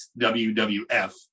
WWF